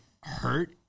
hurt